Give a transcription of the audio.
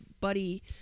buddy